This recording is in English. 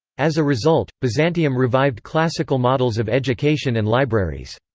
as a result, byzantium revived classical models of education and libraries.